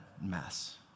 mess